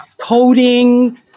coding